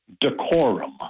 decorum